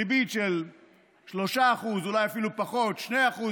ריבית של 3%, אולי אפילו פחות, 2%,